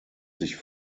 sich